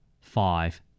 Five